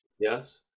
yes